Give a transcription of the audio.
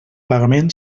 pagament